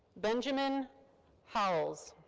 benjamin howells.